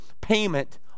payment